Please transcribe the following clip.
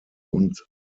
und